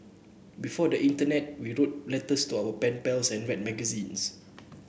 before the internet we wrote letters to our pen pals and read magazines